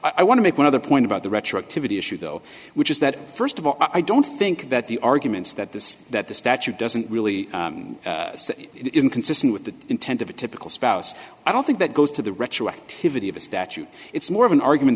i want to make one other point about the retroactivity issue though which is that first of all i don't think that the arguments that this that the statute doesn't really say is inconsistent with the intent of a typical spouse i don't think that goes to the retroactivity of a statute it's more of an argument